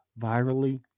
virally